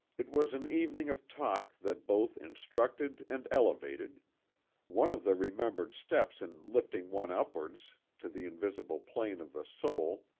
it was an evening of talk that both instructed and elevated one of the remembered steps in lifting one upwards to the invisible plane of the soul,